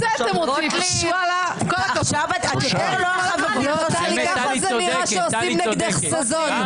--- טלי, ככה זה נראה שעושים נגדך סזון.